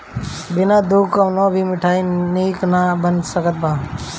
बिना दूध के कवनो मिठाई निक ना बन सकत हअ